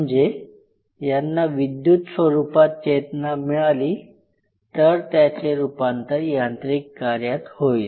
म्हणजे यांना विद्युत स्वरूपात चेतना मिळाली तर त्याचे रुपांतर यांत्रिक कार्यात होईल